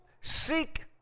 Seek